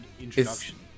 introduction